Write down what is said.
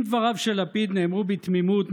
אם דבריו של לפיד נאמרו בתמימות,